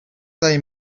they